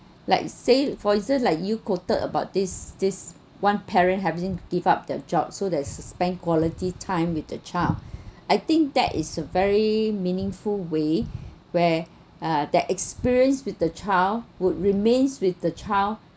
like say voices like you quoted about this this one parent having to give up their job so that's to spend quality time with their child I think that is a very meaningful way where uh that experience with the child would remains with the child